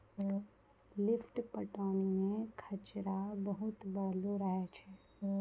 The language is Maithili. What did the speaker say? लिफ्ट पटौनी मे खरचा बहुत बढ़लो रहै छै